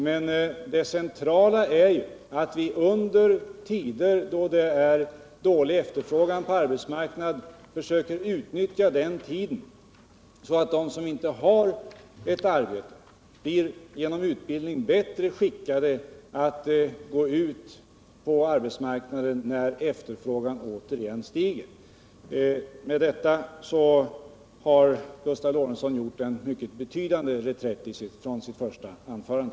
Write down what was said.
Men det centrala är att vi då det är dålig efterfrågan på arbetsmarknaden försöker utnyttja tiden så att de som inte har ett arbete genom utbildning blir bättre skickade att gå ut på arbetsmarknaden när efterfrågan återigen stiger. Med detta har Gustav Lorentzon gjort en mycket betydande reträtt från sitt första anförande.